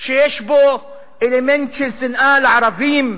שיש בו אלמנט של שנאה לערבים,